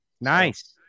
Nice